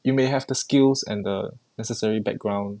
you may have the skills and the necessary background